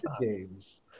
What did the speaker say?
games